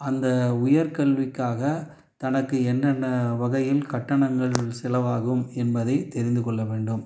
அந்த உயர் கல்விக்காக தனக்கு என்னென்ன வகையில் கட்டணங்கள் செலவாகும் என்பதை தெரிந்துக்கொள்ள வேண்டும்